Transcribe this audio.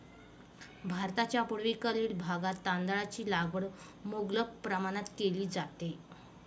भारताच्या पूर्वेकडील भागात तांदळाची लागवड मुबलक प्रमाणात केली जाते